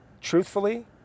truthfully